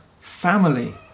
family